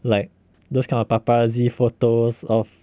like those kind of paparazzi photos of